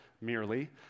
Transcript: merely